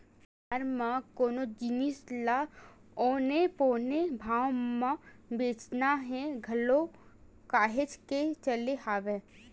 बजार म कोनो जिनिस ल औने पौने भाव म बेंचना ह घलो काहेच के चले हवय